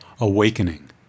Awakening